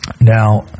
Now